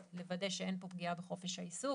לוודא שאין פה פגיעה בחופש העיסוק